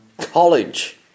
college